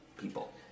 people